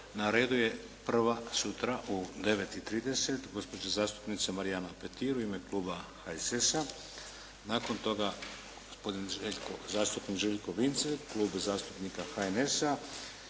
Na redu je prva sutra u 9 i 30 gospođa zastupnica Marijana Petir u ime Kluba HSS-a. Nakon toga gospodin Željko, zastupnik Željko Vincelj, Klub zastupnika HNS-a